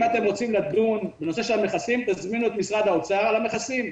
אם אתם רוצים לדון בנושא המכסים תזמינו את משרד האוצר לדון על המכסים,